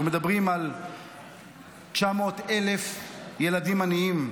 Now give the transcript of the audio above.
אנחנו מדברים על 900,000 ילדים עניים,